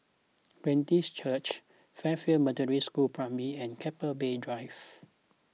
Glad Tidings Church Fairfield Methodist School Primary and Keppel Bay Drive